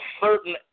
certain